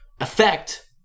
effect